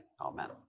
Amen